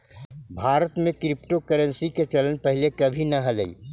भारत में क्रिप्टोकरेंसी के चलन पहिले कभी न हलई